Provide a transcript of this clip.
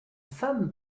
femme